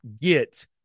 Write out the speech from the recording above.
get